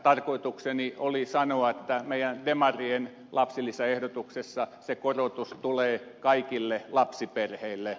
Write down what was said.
tarkoitukseni oli sanoa että meidän demarien lapsilisäehdotuksessa se korotus tulee kaikille lapsiperheille